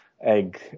egg